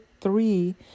three